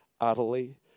utterly